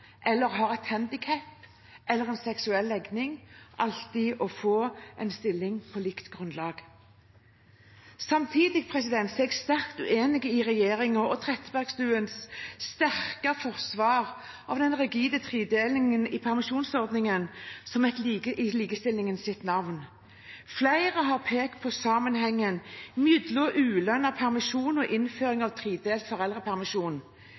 har et annet navn, et fremmed navn, et handikap eller en annen seksuell legning, til alltid å få en stilling på likt grunnlag. Samtidig er jeg sterkt uenig i regjeringens og Trettebergstuens sterke forsvar av den rigide tredelingen i permisjonsordningen i likestillingens navn. Flere har pekt på sammenhengen mellom ulønnet permisjon og innføring av tredelt foreldrepermisjon.